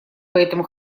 поэтому